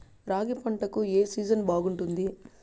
రాగి పంటకు, ఏ సీజన్ బాగుంటుంది?